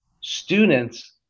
students